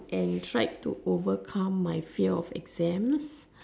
and tried of overcome my fear of exams